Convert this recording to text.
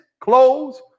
clothes